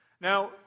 Now